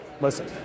Listen